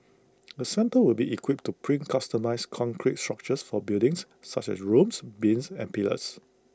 the centre will be equipped to print customised concrete structures for buildings such as rooms beams and pillars